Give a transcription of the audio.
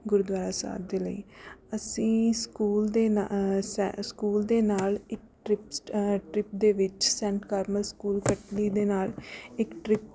ਗੁਰਦੁਆਰਾ ਸਾਹਿਬ ਦੇ ਲਈ ਅਸੀਂ ਸਕੂਲ ਦੇ ਨਾ ਸੈ ਸਕੂਲ ਦੇ ਨਾਲ ਇੱਕ ਟ੍ਰਿਪਸ ਟ੍ਰਿਪ ਦੇ ਵਿੱਚ ਸੈਂਟ ਕਾਰਮਲ ਸਕੂਲ ਕਟਲੀ ਦੇ ਨਾਲ ਇੱਕ ਟ੍ਰਿਪ